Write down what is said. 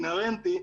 אינהרנטי,